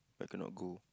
I cannot go